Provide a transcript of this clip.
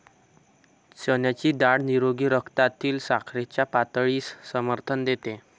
चण्याची डाळ निरोगी रक्तातील साखरेच्या पातळीस समर्थन देते